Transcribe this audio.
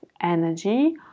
energy